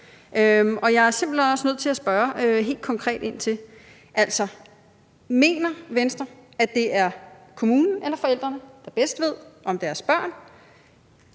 Jeg er simpelt hen også nødt til at spørge helt konkret: Mener Venstre, at det er kommunen eller forældrene – også forældre til børn